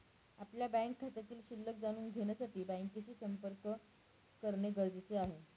आपल्या बँक खात्यातील शिल्लक जाणून घेण्यासाठी बँकेशी संपर्क करणे गरजेचे आहे